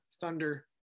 thunder